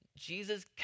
Jesus